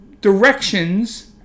directions